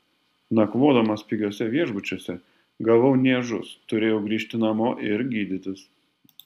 nakvodamas pigiuose viešbučiuose gavau niežus turėjau grįžti namo ir gydytis